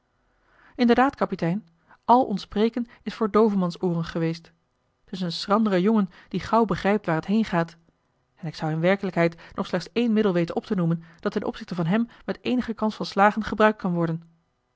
inderdaad kapitein al ons preeken is voor doovemansooren geweest t is een schrandere jongen die gauw begrijpt waar het heen gaat en ik zou in werkelijkheid nog slechts één middel weten op te noemen dat ten opzichte van hem met eenige kans van slagen gebruikt kon worden